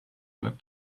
led